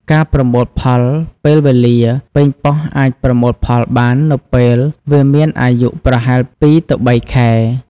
ការប្រមូលផលពេលវេលា ប៉េងប៉ោះអាចប្រមូលផលបាននៅពេលវាមានអាយុប្រហែល ២ ទៅ ៣ ខែ។